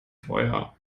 teuer